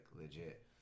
legit